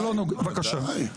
ודאי.